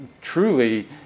truly